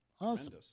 Awesome